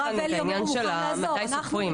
שיש כאן את העניין של מתי סופרים?